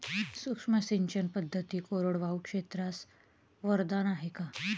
सूक्ष्म सिंचन पद्धती कोरडवाहू क्षेत्रास वरदान आहे का?